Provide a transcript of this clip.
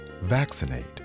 Vaccinate